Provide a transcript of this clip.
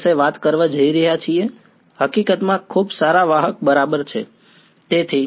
વિદ્યાર્થી